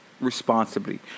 Responsibly